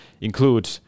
include